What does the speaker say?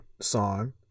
song